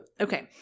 Okay